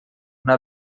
una